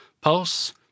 pulse